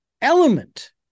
element